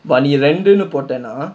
நீ ரெண்டுனு போட்டேனா:nee rendunu pottaenaa